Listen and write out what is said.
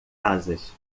asas